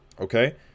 Okay